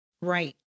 Right